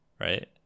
right